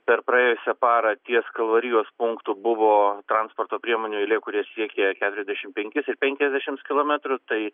per praėjusią parą ties kalvarijos punktu buvo transporto priemonių eilė kuri siekė keturiasdešim penkis ir penkiasdešimts kilometrų tai